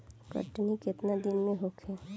कटनी केतना दिन में होखे?